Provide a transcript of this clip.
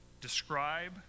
describe